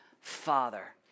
Father